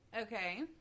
okay